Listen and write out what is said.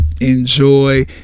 enjoy